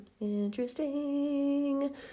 Interesting